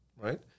right